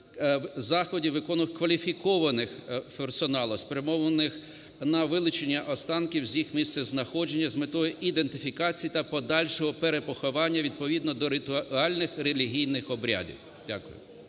заходів, виконуваних кваліфікованим персоналом, спрямованих на вилучення останків з їх місцезнаходження з метою ідентифікації та подальшого перепоховання відповідно до ритуальних і релігійних обрядів". Дякую.